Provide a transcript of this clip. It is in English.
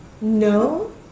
No